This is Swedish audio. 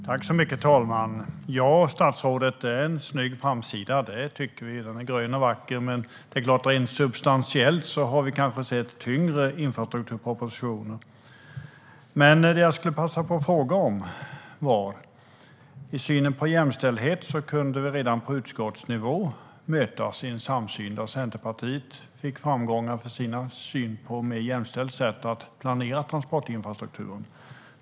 Herr talman! Det är en snygg framsida på propositionen, statsrådet. Det tycker vi. Den är grön och vacker. Men rent substantiellt har vi kanske sett tyngre infrastrukturpropositioner. Jag vill passa på att ställa en fråga. I synen på jämställhet kunde vi redan på utskottsnivå mötas i en samsyn där Centerpartiet fick framgångar för sin syn på att på ett mer jämställt sätt planera transportinfrastrukturen.